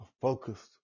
focused